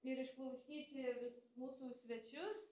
ir išklausyti vis mūsų svečius